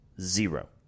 Zero